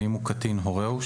ואם הוא קטין הורהו,